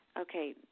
Okay